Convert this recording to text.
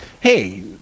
hey